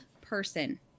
person